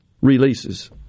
releases